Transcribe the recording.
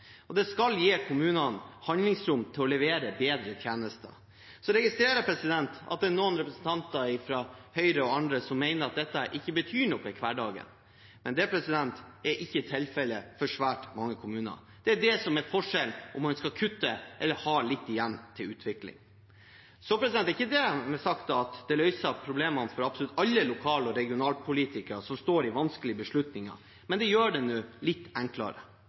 og det skal gi kommunene handlingsrom til å levere bedre tjenester. Jeg registrerer at det er noen representanter fra Høyre og andre som mener at dette ikke betyr noe i hverdagen, men det er ikke tilfellet for svært mange kommuner. Det er det som er forskjellen – om man skal kutte eller ha litt igjen til utvikling. Det er ikke dermed sagt at det løser problemene for absolutt alle lokal- og regionalpolitikere som står i vanskelige beslutninger, men det gjør det litt enklere.